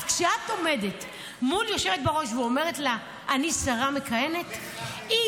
אז כשאת עומדת מול יושבת-ראש ואומרת לה: אני שרה מכהנת -- מכהנת,